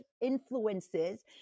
influences